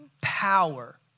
power